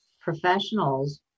professionals